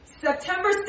September